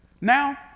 Now